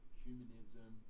humanism